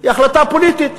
היא החלטה פוליטית.